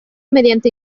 mediante